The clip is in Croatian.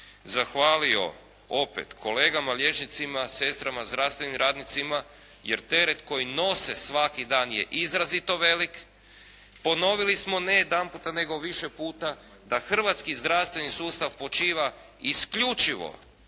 zahvalio opet kolegama liječnicima, sestrama, zdravstvenim radnicima jer teret koji nose svaki dan je izrazito velik. Ponovili smo ne jedanput nego više puta da hrvatski zdravstveni sustav počiva isključivo